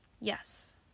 Yes